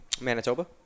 Manitoba